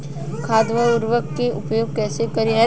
खाद व उर्वरक के उपयोग कइसे करी?